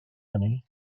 hynny